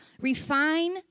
refine